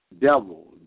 devil